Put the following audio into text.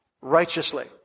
righteously